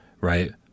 right